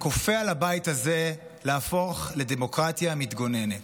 כופה על הבית הזה להפוך לדמוקרטיה מתגוננת.